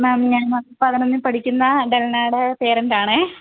മേം ഞാന് പതനൊന്നില് പഠിക്കുന്ന ഡെൽനയുടെ പേരന്റാണേ